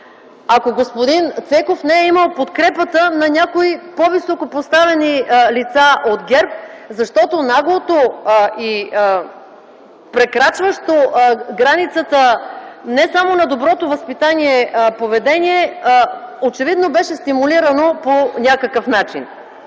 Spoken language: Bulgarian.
ако господин Цеков не е имал подкрепата на някои по-високопоставени лица от ГЕРБ, защото наглото и прекрачващо границата не само на доброто възпитание поведение очевидно беше стимулирано по някакъв начин.